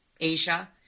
Asia